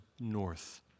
north